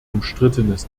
umstrittenes